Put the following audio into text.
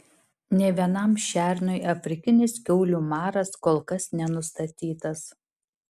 nė vienam šernui afrikinis kiaulių maras kol kas nenustatytas